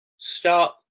start